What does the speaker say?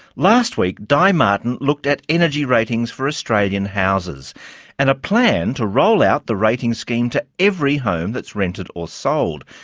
last week, di martin looked at energy ratings for australian houses and a plan to roll out the ratings scheme to every home that's rented or sold.